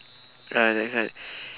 ah next one